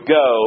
go